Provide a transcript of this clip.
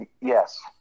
Yes